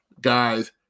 Guys